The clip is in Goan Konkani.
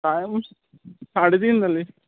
टायम साडे तीन जालीं